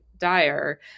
dire